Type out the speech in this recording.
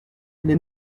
les